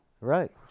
Right